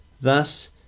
Thus